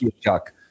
Chuck